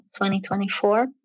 2024